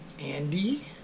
Andy